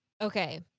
okay